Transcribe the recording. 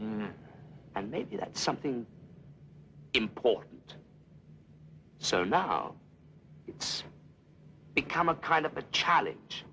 that and maybe that's something important so now it's become a kind of a challenge